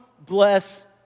bless